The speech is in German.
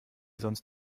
sonst